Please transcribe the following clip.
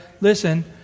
listen